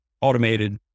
automated